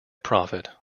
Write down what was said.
profit